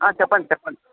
చెప్పండి చెప్పండి